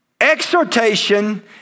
exhortation